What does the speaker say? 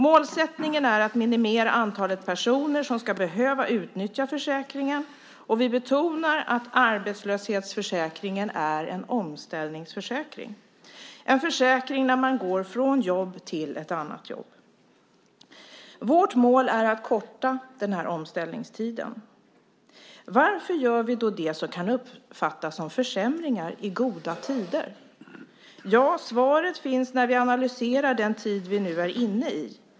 Målsättningen är att minimera antalet personer som ska behöva utnyttja försäkringen, och vi betonar att arbetslöshetsförsäkringen är en omställningsförsäkring, en försäkring när man går från jobb till ett annat jobb. Vårt mål är att korta den här omställningstiden. Varför gör vi då det som kan uppfattas som försämringar i goda tider? Ja, svaret finns när vi analyserar den tid som vi nu är inne i.